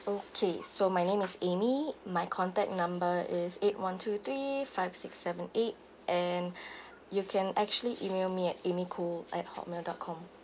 okay so my name is amy my contact number is eight one two three five six seven eight and you can actually email me at amy khoo at hotmail dot com